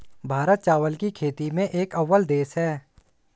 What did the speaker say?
भारत चावल की खेती में एक अव्वल देश है